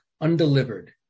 Undelivered